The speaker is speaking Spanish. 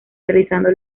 realizando